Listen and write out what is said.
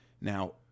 Now